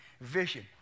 vision